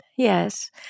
Yes